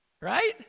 Right